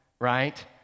Right